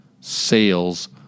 sales